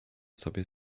sobie